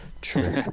True